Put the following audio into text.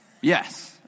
Yes